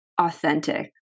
authentic